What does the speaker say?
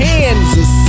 Kansas